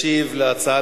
ישיב על ההצעה